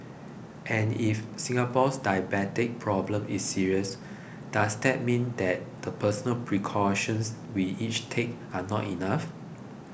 and if Singapore's diabetes problem is serious does that mean that the personal precautions we each take are not enough